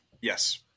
Yes